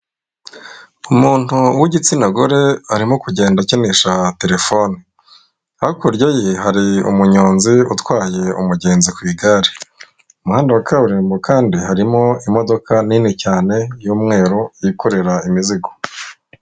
Umuntu w'igitsina gore arimo kugenda akinisha telefone, hakurya ye hari umunyonzi utwaye umugenzi ku igare, mu muhanda wa kaburimbo kandi harimo imodoka nini cyane y'umweru yikorera imizigo.